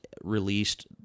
released